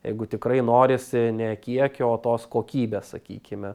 jeigu tikrai norisi ne kiekio o tos kokybės sakykime